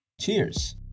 Cheers